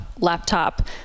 laptop